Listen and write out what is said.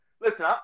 listen